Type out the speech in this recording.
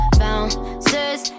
bouncers